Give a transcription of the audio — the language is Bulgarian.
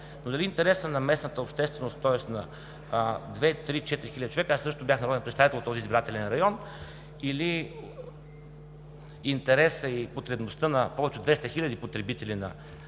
Но дали интересът на местната общественост, тоест на две-три-четири хиляди човека, аз също бях народен представител от този избирателен район, или интересът и потребността на повече от 200 хиляди потребители на